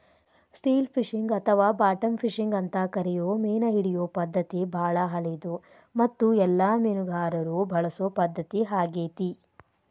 still fishing ಅಥವಾ bottom fishing ಅಂತ ಕರಿಯೋ ಮೇನಹಿಡಿಯೋ ಪದ್ಧತಿ ಬಾಳ ಹಳೆದು ಮತ್ತು ಎಲ್ಲ ಮೇನುಗಾರರು ಬಳಸೊ ಪದ್ಧತಿ ಆಗೇತಿ